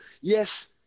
Yes